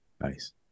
Nice